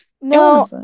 No